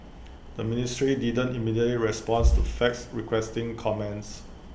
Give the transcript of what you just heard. the ministry didn't immediately responds to fax requesting comments